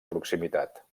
proximitat